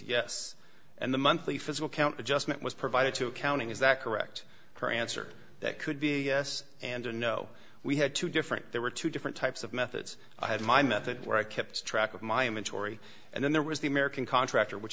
yes and the monthly physical count adjustment was provided to accounting is that correct her answer that could be us and a no we had two different there were two different types of methods i had my method where i kept track of my inventory and then there was the american contractor which